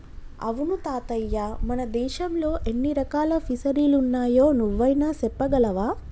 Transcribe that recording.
అవును తాతయ్య మన దేశంలో ఎన్ని రకాల ఫిసరీలున్నాయో నువ్వైనా సెప్పగలవా